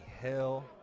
hell